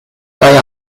kaj